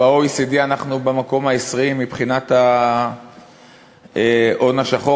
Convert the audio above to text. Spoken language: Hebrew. ב-OECD אנחנו במקום ה-20 מבחינת ההון השחור.